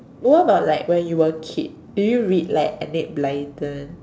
what about like when you were a kid do you read like Enid Blyton